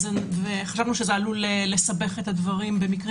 וחשבנו שזה עלול לסבך את הדברים במקרים